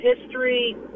history